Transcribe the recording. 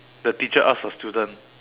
the teacher ask a student